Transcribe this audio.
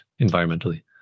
environmentally